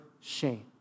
shame